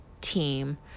team